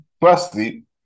Firstly